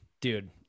dude